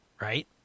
right